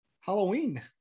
Halloween